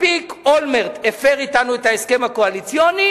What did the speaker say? מספיק אולמרט הפר אתנו את ההסכם הקואליציוני.